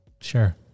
Sure